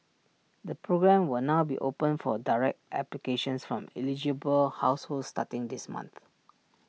the programme will now be open for direct applications from eligible households starting this month